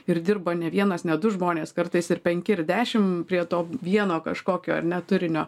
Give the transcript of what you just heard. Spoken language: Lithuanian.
ir dirba ne vienas ne du žmonės kartais ir penki ir dešimt prie to vieno kažkokio ar ne turinio